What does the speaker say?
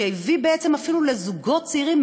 ואפילו זוגות צעירים,